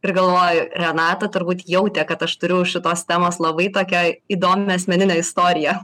ir galvoju renata turbūt jautė kad aš turiu šitos temos labai tokią įdomią asmeninę istoriją